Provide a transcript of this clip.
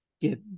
get